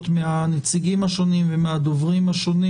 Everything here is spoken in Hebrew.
מהנציגים השונים ומהדוברים השונים.